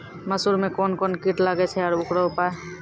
मसूर मे कोन कोन कीट लागेय छैय आरु उकरो उपाय?